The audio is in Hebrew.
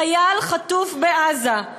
חייל חטוף בעזה,